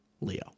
leo